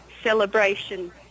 celebration